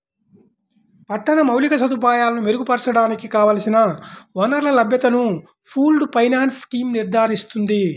పట్టణ మౌలిక సదుపాయాలను మెరుగుపరచడానికి కావలసిన వనరుల లభ్యతను పూల్డ్ ఫైనాన్స్ స్కీమ్ నిర్ధారిస్తుంది